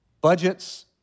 Budgets